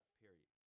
period